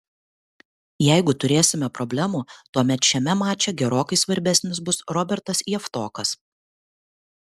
jeigu turėsime problemų tuomet šiame mače gerokai svarbesnis bus robertas javtokas